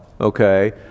okay